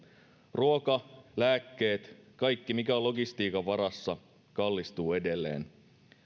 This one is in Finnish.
ruoka lääkkeet kaikki mikä on logistiikan varassa kallistuu edelleen